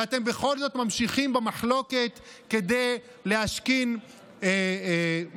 ואתם בכל זאת ממשיכים במחלוקת כדי להשכין מורא,